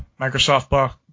Microsoft